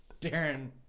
Darren